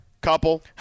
couple